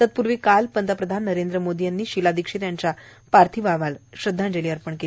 तत्पूर्वी काल पंतप्रधान नरेंद्र मोदी यांनी शीला दिक्षित यांच्या पार्थिवाला श्रध्दांजली अर्पण केली